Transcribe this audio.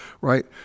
right